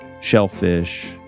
shellfish